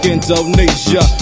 Indonesia